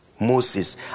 Moses